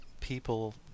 people